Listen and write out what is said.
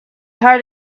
hard